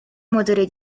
motore